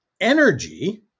energy